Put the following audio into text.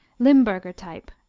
limburger type.